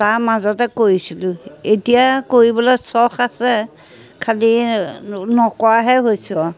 তাৰ মাজতে কৰিছিলোঁ এতিয়া কৰিবলৈ চখ আছে খালী নকৰাহে হৈছোঁ আৰু